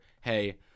hey